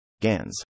GANs